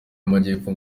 y’amajyepfo